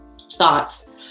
thoughts